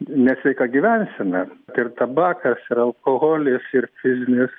nesveika gyvensena tai ir tabakas ir alkoholis ir fizinės